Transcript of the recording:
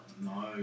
No